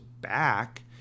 back